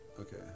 Okay